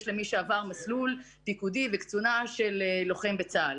למי שעבר מסלול פיקודי וקצונה של לוחם בצה"ל.